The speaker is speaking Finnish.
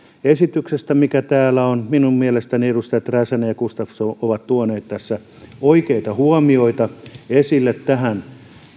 esityksestä mikä täällä on minun mielestäni edustajat räsänen ja gustafsson ovat tuoneet tässä oikeita huomioita esille liittyen tähän